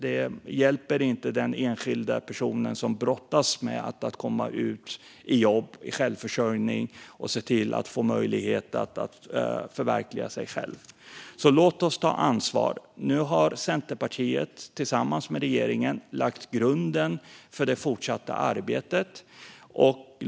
Det hjälper inte den enskilda personen som brottas med att komma ut i jobb och självförsörjning och få möjlighet att förverkliga sig själv. Låt oss ta ansvar! Nu har Centerpartiet tillsammans med regeringen lagt grunden för det fortsatta arbetet.